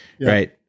right